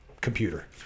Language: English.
computer